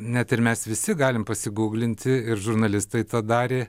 net ir mes visi galim pasiguglinti ir žurnalistai tą darė